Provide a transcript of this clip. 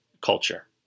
culture